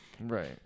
right